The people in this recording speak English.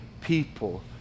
people